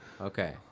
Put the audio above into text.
okay